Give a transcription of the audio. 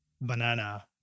banana